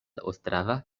ostrava